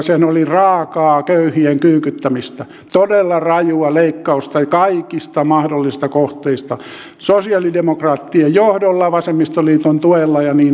sehän oli raakaa köyhien kyykyttämistä todella rajua leikkausta kaikista mahdollisista kohteista sosialidemokraattien johdolla vasemmistoliiton tuella ja niin edelleen